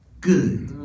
good